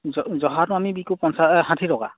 জহাটো আমি বিকোঁ পঞ্চাছ এই ষাঠি টকা